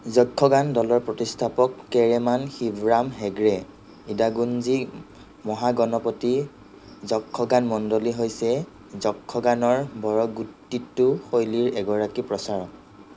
যক্ষগান দলৰ প্ৰতিষ্ঠাপক কেৰেমান শিৱৰাম হেগড়ে ইদাগুঞ্জি মহাগণপতি যক্ষগান মণ্ডলী হৈছে যক্ষগানৰ বড়গুইট্টিটু শৈলীৰ এগৰাকী প্ৰচাৰক